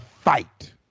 fight